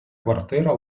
квартира